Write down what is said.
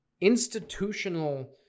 institutional